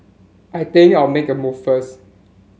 I think I'll make a move first